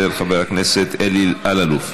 אצל חבר הכנסת אלי אלאלוף?